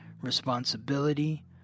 responsibility